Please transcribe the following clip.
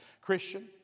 Christian